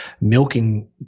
milking